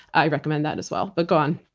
i recommend that as well. but go on.